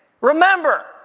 remember